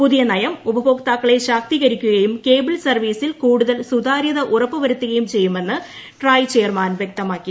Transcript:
പൂതിയ നയം ഉപഭോക്താക്കളെ ശാക്തീകരിക്കുകയും കേബിൾ സർവ്വീസിൽ കൂടുതൽ സുതാര്യത ഉറപ്പുവരുത്തുകയും ചെയ്യുമെന്ന് ട്രായ് ചെയർമാൻ വ്യക്തമാക്കി